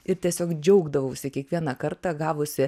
ir tiesiog džiaugdavausi kiekvieną kartą gavusi